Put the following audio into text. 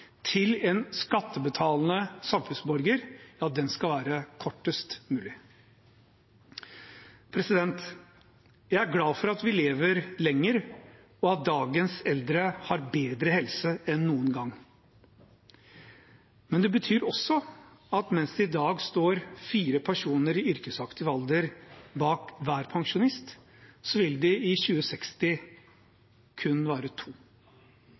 til en skattebetalende samfunnsborger skal være kortest mulig. Jeg er glad for at vi lever lenger, og at dagens eldre har bedre helse enn noen gang. Men det betyr også at mens det i dag står fire personer i yrkesaktiv alder bak hver pensjonist, vil det i 2060 kun være to.